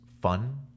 fun